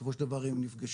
בסופו של דבר הם נפגשים.